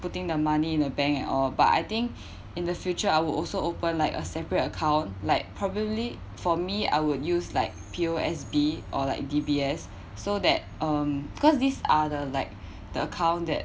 putting the money in the bank and all but I think in the future I would also open like a separate account like probably for me I would use like P_O_S_B or like D_B_S so that um because these are the like the account that